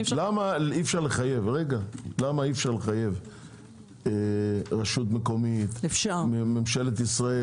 למה אי אפשר לחייב רשות מקומית, ממשלת ישראל?